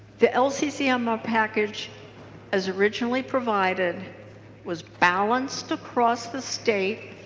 the lccmr package as originally provided was balanced across the state